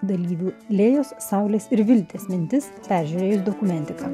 dalyvių lėjos saulės ir vilties mintis peržiūrėjus dokumentiką